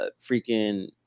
freaking